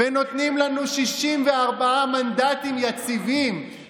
נותנים לנו 64 מנדטים יציבים.